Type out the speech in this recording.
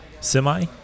Semi